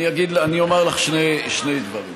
אני אומר לך שני דברים: